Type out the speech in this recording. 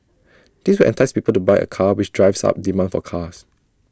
this will entice people to buy A car which drives up demand for cars